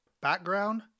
background